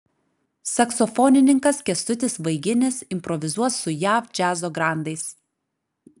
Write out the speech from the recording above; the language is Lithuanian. saksofonininkas kęstutis vaiginis improvizuos su jav džiazo grandais